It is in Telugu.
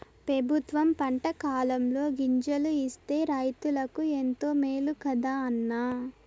పెబుత్వం పంటకాలంలో గింజలు ఇస్తే రైతులకు ఎంతో మేలు కదా అన్న